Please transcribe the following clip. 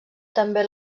també